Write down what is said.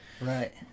Right